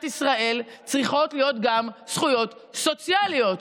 ישראל צריכות להיות גם זכויות סוציאליות.